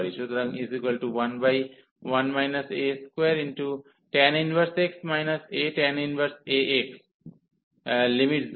সুতরাং 11 a2tan 1x atan 1ax